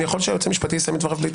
אני מבקש שהיועץ המשפטי יסיים את דבריו.